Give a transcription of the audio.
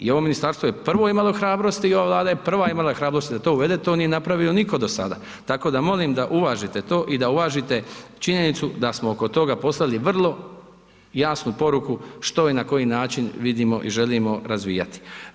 I ovo ministarstvo je prvo imalo hrabrosti i ova Vlada je prva imala hrabrosti da to uvede, to nije napravio nitko do sada, tako da molim da uvažite to i da uvažite činjenicu da smo oko toga poslali vrlo jasnu poruku što i na koji način vidimo i želimo razvijati.